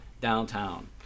Downtown